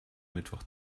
mittwoch